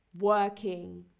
working